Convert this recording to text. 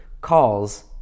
calls